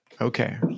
Okay